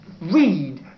read